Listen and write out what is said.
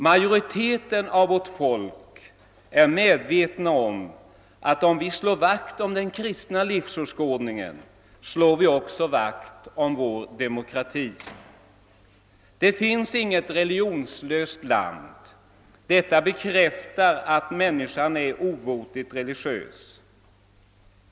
Majoriteten av vårt folk är medveten om att om vi slår vakt om den kristna livsåskådningen, slår vi också vakt om vår demokrati. Det finns inget religionslöst land. Detta bekräftar att människan är obotligt religiös.